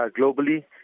globally